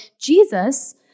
Jesus